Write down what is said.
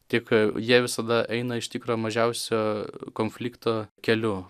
tik jie visada eina iš tikro mažiausio konflikto keliu